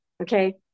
okay